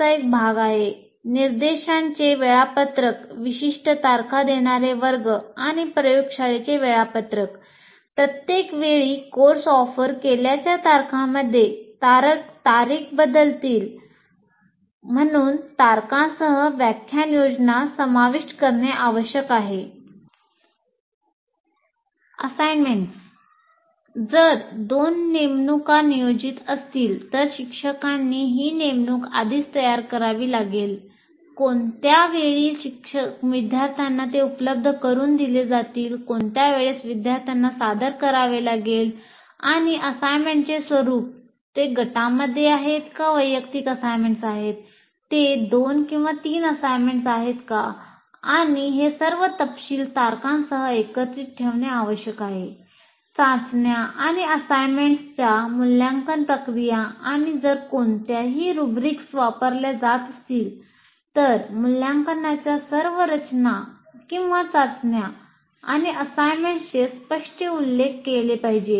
assignments जर 2 नेमणुका नियोजित असतील तर शिक्षकांनी ही नेमणूक आधीच तयार करावी लागेल कोणत्या वेळी विद्यार्थ्यांना ते उपलब्ध करुन दिले जातील कोणत्या वेळेस विद्यार्थ्यांना सादर करावे लागेल आणि असाइनमेंटचे स्वरूप ते गटामध्ये आहेत का वैयक्तिक असाइनमेंट्स आहेत ते 2 किंवा 3 असाईनमेंट्स आहेत का आणि हे सर्व तपशील तारखांसह एकत्र ठेवणे आवश्यक आहे चाचण्या आणि असाइनमेंटच्या मूल्यांकन प्रक्रिया आणि जर कोणत्याही रुब्रिक्स वापरल्या जात असतील तर मूल्यांकनच्या सर्व रचना किंवा चाचण्या आणि असाइनमेंटचे स्पष्ट उल्लेख केले पाहिजे